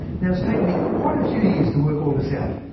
now it's taken me quite a few years to work all this out,